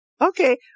okay